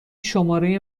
شماره